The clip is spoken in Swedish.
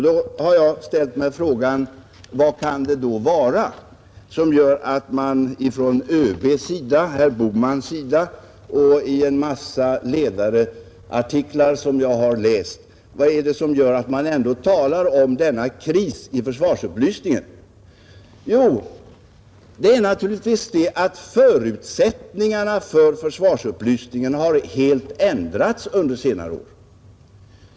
Då har jag ställt mig frågan: Vad kan det vara som gör att man från ÖB:s sida och från herr Bohmans sida och i en mängd ledarartiklar som jag har läst ändå talar om denna kris i försvarsupplysningen? Jo, det är naturligtvis det att förutsättningarna för försvarsupplysningen helt har ändrats under senare år.